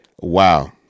Wow